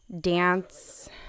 dance